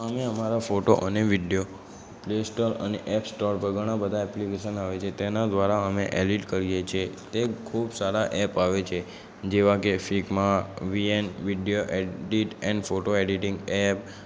અમે અમારા ફોટો અને વિડ્યો પ્લે સ્ટોર અને એપ સ્ટોર પર ઘણા બધા એપ્લિકેશન આવે છે તેના દ્વારા અમે એડિટ કરીએ છીએ તે ખૂબ સારા એપ આવે છે જેવા કે Figma V N video edit and photo editing app